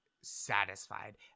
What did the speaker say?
satisfied